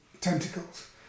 tentacles